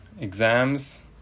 exams